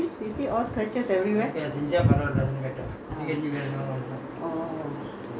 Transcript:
அது உங்க பேர பிள்ளைங்க:athu ungga paera pillaingga drive the car all you see you see all scratches everywhere